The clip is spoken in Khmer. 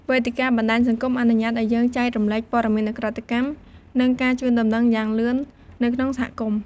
វេទិកាបណ្តាញសង្គមអនុញ្ញាតឲ្យយើង ចែករំលែកព័ត៌មានឧក្រិដ្ឋកម្ម និងការជូនដំណឹងយ៉ាងលឿន នៅក្នុងសហគមន៍។